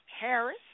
Harris